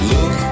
Look